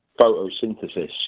photosynthesis